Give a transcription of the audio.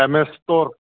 M A store